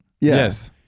Yes